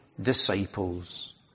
disciples